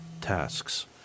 tasks